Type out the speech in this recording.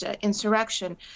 insurrection